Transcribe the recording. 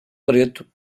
preto